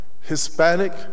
Hispanic